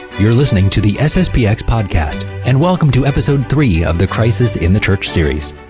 you're listening to the sspx podcast and welcome to episode three of the crisis in the church series.